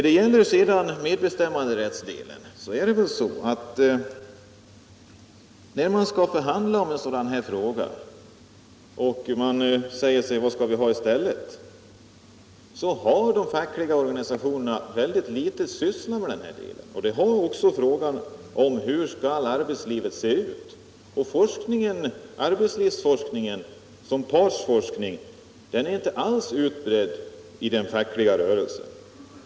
Beträffande medbestämmanderätten är det väl så att när man skall förhandla i ett sådant ämne och man frågar sig vad man skall ha i stället, så visar det sig att de fackliga organisationerna sysslat väldigt litet med denna del. Det gäller också frågan om hur arbetslivet skall se ut. Någon arbetslivsforskning, partsforskning, förekommer inte mycket i den fackliga rörelsen.